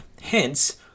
hence